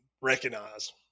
recognize